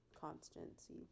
constancy